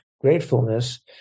gratefulness